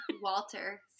Walter